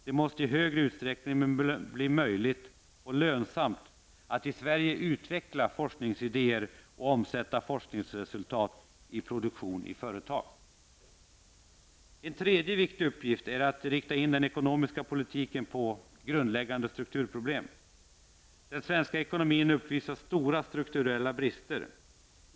Det måste i större utsträckning bli möjligt och lönsamt att i Sverige utveckla forskningsidéer och omsätta forskningsresultat i produktion i företag. En tredje viktig uppgift är att rikta in den ekonomiska politiken på grundläggande strukturproblem. Den svenska ekonomin uppvisar stora strukturella brister.